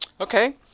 Okay